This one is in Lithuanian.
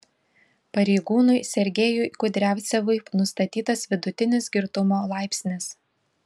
pareigūnui sergejui kudriavcevui nustatytas vidutinis girtumo laipsnis